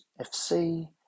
FC